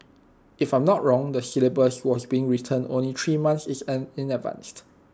if I'm not wrong the syllabus was being written only three months is an in advanced